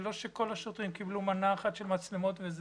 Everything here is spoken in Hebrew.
זה